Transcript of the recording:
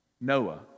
Noah